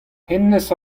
hennezh